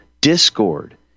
discord